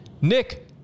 Nick